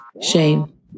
Shane